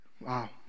Wow